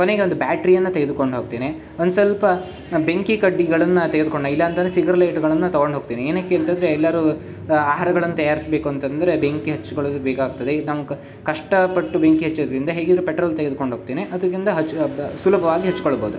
ಕೊನೆಗೆ ಒಂದು ಬ್ಯಾಟ್ರಿಯನ್ನು ತೆಗೆದುಕೊಂಡು ಹೋಗ್ತೇನೆ ಒಂದು ಸ್ವಲ್ಪ ಬೆಂಕಿ ಕಡ್ಡಿಗಳನ್ನು ತೆಗೆದುಕೊಂಡೋಗ್ ಇಲ್ಲ ಅಂತಂದ್ರೆ ಸಿಗರ್ ಲೈಟ್ಗಳನ್ನು ತಗೊಂಡು ಹೋಗ್ತೀನಿ ಏನಕ್ಕೆ ಅಂತಂದರೆ ಎಲ್ಲಾದ್ರೂ ಆಹಾರಗಳನ್ನು ತಯಾರಿಸ್ಬೇಕು ಅಂತಂದರೆ ಬೆಂಕಿ ಹಚ್ಚಿಕೊಳ್ಳಲು ಬೇಕಾಗ್ತದೆ ಇದು ನಮ್ಮ ಕ ಕಷ್ಟಪಟ್ಟು ಬೆಂಕಿ ಹೆಚ್ಚೋದರಿಂದ ಹೇಗಿದ್ರೂ ಪೆಟ್ರೋಲ್ ತೆಗೆದುಕೊಂಡು ಹೋಗ್ತೇನೆ ಅದ್ರಿಂದ ಹಚ್ಚಿ ಸುಲಭವಾಗಿ ಹಚ್ಚಿಕೊಳ್ಬೋದು